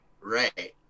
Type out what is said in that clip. Right